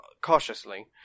cautiously